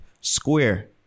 Square